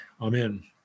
Amen